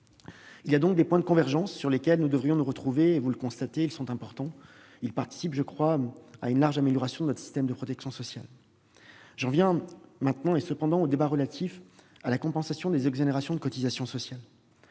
sont donc les points de convergence sur lesquels nous devrions nous retrouver ; vous pouvez constater qu'ils sont importants. Ils participent, à mon sens, à une large amélioration de notre système de protection sociale. J'en viens maintenant au débat relatif à la compensation des exonérations de cotisations sociales.